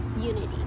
unity